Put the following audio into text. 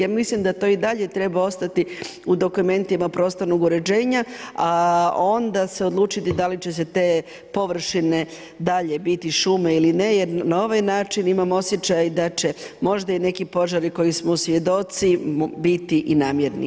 Ja mislim da to i dalje treba ostati u dokumentima prostornog uređenja, a onda se odlučiti da li će se te površine dalje biti šume ili ne jer na ovaj način imam osjećaj da će možda i neki požari koji smo svjedoci biti i namjerni.